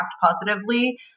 positively